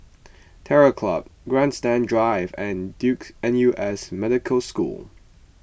Terror Club Grandstand Drive and Duke N U S Medical School